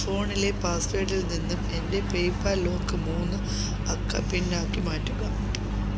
ഫോണിലെ പാസ്വേഡിൽ നിന്നും എൻ്റെ പേയ്പാൽ ലോക്ക് മൂന്ന് അക്ക പിൻ ആക്കി മാറ്റുക